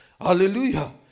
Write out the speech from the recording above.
Hallelujah